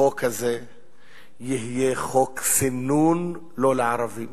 החוק הזה יהיה חוק סינון לא לערבים.